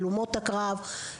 הלומות הקרב,